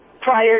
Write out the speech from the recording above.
prior